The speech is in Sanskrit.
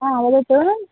ह वद च